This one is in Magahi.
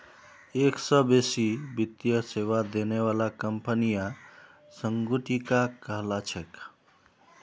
एक स बेसी वित्तीय सेवा देने बाला कंपनियां संगुटिका कहला छेक